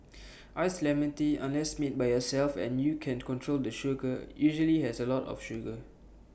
Iced Lemon Tea unless made by yourself and you can control the sugar usually has A lot of sugar